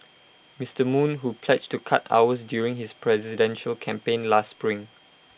Mister moon who pledged to cut hours during his presidential campaign last spring